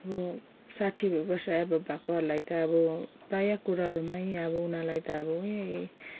अब साठी वर्ष एबोभ भएकोहरूलाई त अब प्रायः कुरोहरूमै अब उनाहरूलाई त